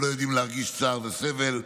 הם לא יודעים להרגיש צער וסבל,